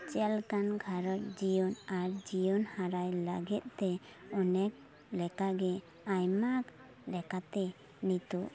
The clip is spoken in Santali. ᱪᱮᱫ ᱞᱮᱠᱟᱱ ᱜᱷᱟᱨᱚᱸᱡᱽ ᱡᱤᱭᱚᱱ ᱟᱨ ᱡᱤᱭᱚᱱ ᱦᱟᱨᱟᱭ ᱞᱟᱹᱜᱤᱫ ᱛᱮ ᱚᱱᱮᱠ ᱞᱮᱠᱟᱜᱮ ᱟᱭᱢᱟ ᱞᱮᱠᱟᱛᱮ ᱱᱤᱛᱚᱜ